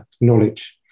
knowledge